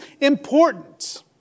important